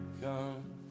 come